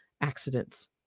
accidents